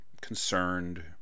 concerned